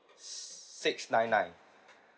s~ six nine nine